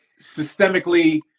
systemically